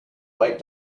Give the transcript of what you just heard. white